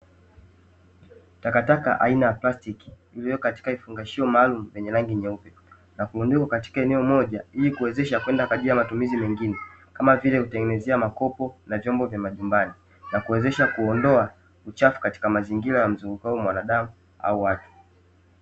Takataka aina ya plastiki iliyo katika vifungashio maalum vyenye rangi nyeupe na kurundikwa katika eneo moja ili kuwezesha kwenda kwa ajili ya matumizi mengine, kama vile kutengenezea makopo na vyombo vya majumbani na kuwezesha kuondoa uchafu katika mazingira yamzungukayo mwanandamu au watu.